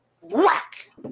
whack